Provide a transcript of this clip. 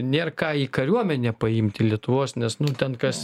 nėr ką į kariuomenę paimti lietuvos nes nu ten kas